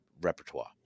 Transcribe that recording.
repertoire